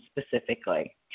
specifically